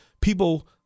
people